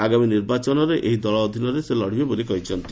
ଆଗାମୀ ନିର୍ବାଚନରେ ଏହି ଦଳ ଅଧୀନରେ ସେ ଲଢ଼ିବେ ବୋଲି କହିଛନ୍ତି